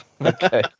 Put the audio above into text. okay